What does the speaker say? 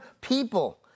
people